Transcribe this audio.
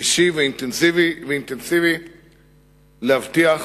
אישי ואינטנסיבי, להבטיח